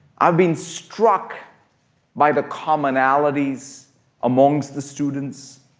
i've been struck by the commonalities amongst the students.